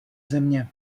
země